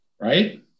Right